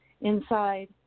Inside